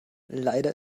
leider